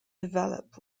develop